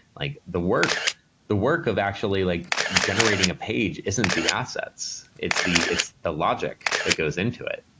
like the work the work of actually like generating a page isn't the assets. it's the it's the logic that goes into it,